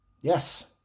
Yes